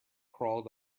crawled